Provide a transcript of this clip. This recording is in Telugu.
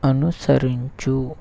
అనుసరించు